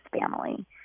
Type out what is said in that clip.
family